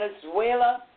Venezuela